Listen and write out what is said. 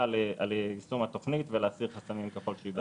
על יישום התוכנית ולהסיר חסמים ככל שיהיו.